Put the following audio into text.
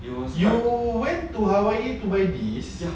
it was right